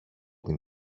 την